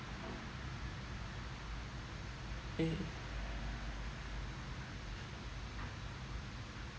uh